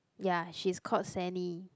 ya she's called Sanny